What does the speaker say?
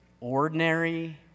ordinary